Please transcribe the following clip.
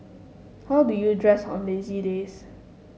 how do you dress on lazy days